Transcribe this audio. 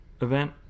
event